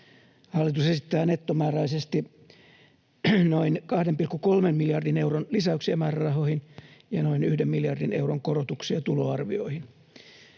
Hallitus esittää nettomääräisesti noin 2,3 miljardin euron lisäyksiä määrärahoihin ja noin yhden miljardin euron korotuksia tuloarvioihin.